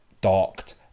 docked